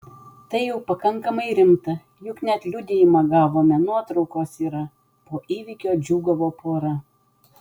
tai jau pakankamai rimta juk net liudijimą gavome nuotraukos yra po įvykio džiūgavo pora